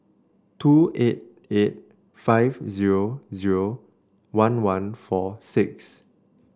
two eight eight five zero zero one one four six